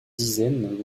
dizaines